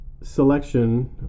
selection